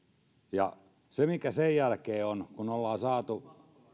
ja sen jälkeen kun ollaan saatu